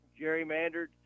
gerrymandered